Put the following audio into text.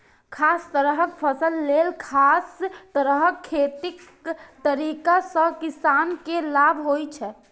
खास तरहक फसल लेल खास तरह खेतीक तरीका सं किसान के लाभ होइ छै